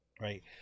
right